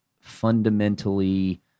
fundamentally